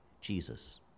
Jesus